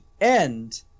end